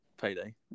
payday